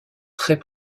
très